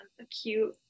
acute